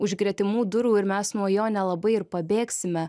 už gretimų durų ir mes nuo jo nelabai ir pabėgsime